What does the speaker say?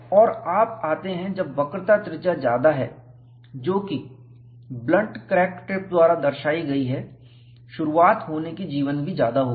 और आप आते हैं जब वक्रता त्रिज्या ज्यादा है जोकि ब्लंट क्रैक टिप द्वारा दर्शाई गई है शुरुआत होने की जीवन भी ज्यादा होगी